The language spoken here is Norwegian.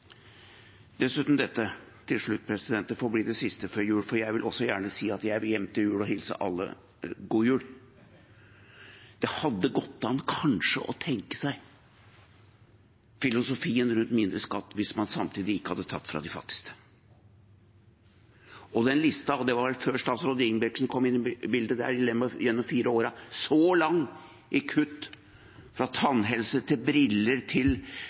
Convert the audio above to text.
Til slutt vil jeg si, og dette får bli det siste før jul, for jeg vil også gjerne si at jeg vil hjem til jul, og jeg vil hilse alle god jul: Det hadde kanskje gått an å tenke seg filosofien rundt mindre skatt hvis man samtidig ikke hadde tatt fra de fattigste. Den listen over kutt – dette var vel før statsråd Ingebrigtsen kom inn i bildet i løpet av de fire siste årene – er så lang, fra tannhelse til briller til